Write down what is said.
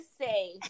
say